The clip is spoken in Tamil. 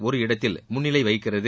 ஒரு இடத்தில் முன்னிலை வகிக்கிறது